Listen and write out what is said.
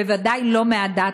בוודאי לא מהדת,